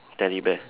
teddy bear